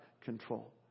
control